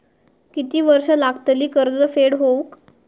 किती वर्षे लागतली कर्ज फेड होऊक?